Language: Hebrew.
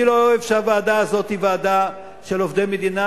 אני לא אוהב שהוועדה הזאת היא ועדה של עובדי מדינה,